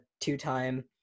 two-time